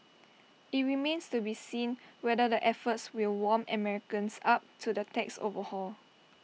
IT remains to be seen whether the efforts will warm Americans up to the tax overhaul